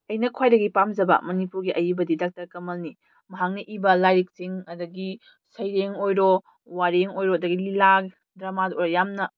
ꯑꯩꯅ ꯈ꯭ꯋꯥꯏꯗꯒꯤ ꯄꯥꯝꯖꯕ ꯃꯅꯤꯄꯨꯔꯒꯤ ꯑꯏꯕꯗꯤ ꯗꯥꯛꯇꯔ ꯀꯃꯜꯅꯤ ꯃꯍꯥꯛꯅ ꯏꯕ ꯂꯥꯏꯔꯤꯛꯁꯤꯡ ꯑꯗꯒꯤ ꯁꯩꯔꯦꯡ ꯑꯣꯏꯔꯣ ꯋꯥꯔꯦꯡ ꯑꯣꯏꯔꯣ ꯑꯗꯒꯤ ꯂꯤꯂꯥ ꯗ꯭ꯔꯃꯥꯗ ꯑꯣꯏꯔꯣ ꯌꯥꯝꯅ